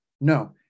No